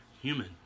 human